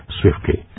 swiftly